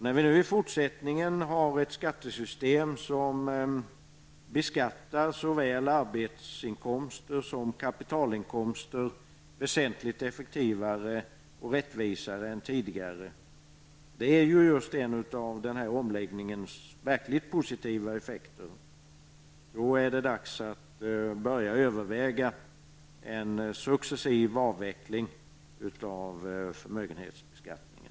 När vi nu i fortsättningen har ett skattesystem som beskattar såväl arbetsinkomster som kapitalinkomster väsentligt effektivare och rättvisare än tidigare -- detta är ju just en av omläggningens verkligt positiva effekter -- är det dags att börja överväga en successiv avveckling av förmögenhetsbeskattningen.